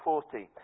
40